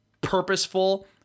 purposeful